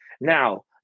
Now